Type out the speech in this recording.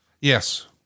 Yes